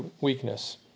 weakness